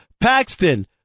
Paxton